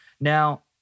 Now